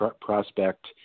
prospect